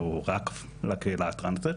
שהוא רק לקהילה הטרנסית.